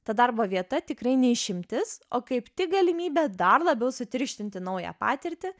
tad darbo vieta tikrai ne išimtis o kaip tik galimybė dar labiau sutirštinti naują patirtį